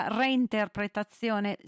reinterpretazione